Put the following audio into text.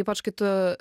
ypač kai tu